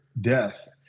death